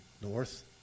north